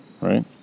right